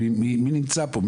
מי נמצא פה,